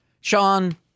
Sean